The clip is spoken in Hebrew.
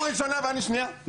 הוא ראשונה ואני שנייה?